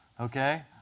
okay